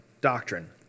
doctrine